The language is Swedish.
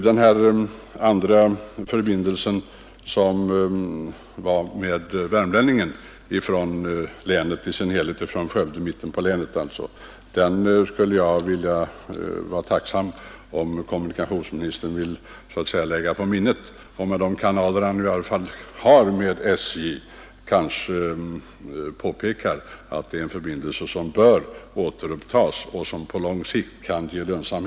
Vad sedan gäller förbindelsen med Värmlänningen från mitten av länet, alltså från Skövdetrakten, skulle jag vara tacksam om kommunikationsministern ville lägga den saken på minnet. Med de kanaler som han ändå har med SJ kanske han kan påpeka där att den förbindelsen bör återupptas och att den måhända på lång sikt kan bli lönsam.